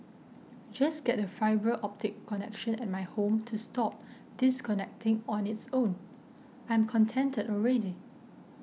just get the fibre optic connection at my home to stop disconnecting on its own I'm contented already